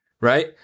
right